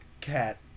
cat